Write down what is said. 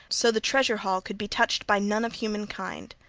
so the treasure-hall could be touched by none of human kind,